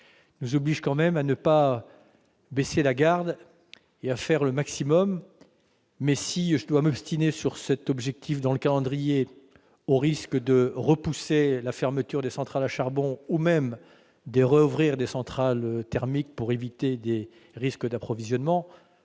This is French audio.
nous oblige à ne pas baisser la garde et à faire le maximum. Et si je devais m'obstiner sur cet objectif, au risque de repousser la fermeture des centrales à charbon ou même de rouvrir des centrales thermiques pour parer aux risques d'approvisionnement,